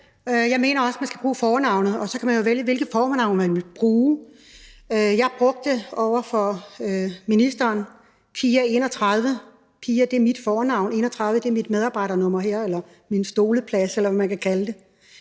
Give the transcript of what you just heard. Jeg mener også, man skal bruge fornavnet, og så kan man jo vælge, hvilket fornavn man vil bruge. Jeg brugte over for ministeren eksemplet Pia 31 – Pia er mit fornavn, og 31 er mit registreringsnummer, nummeret på min stoleplads, eller hvad man kalder det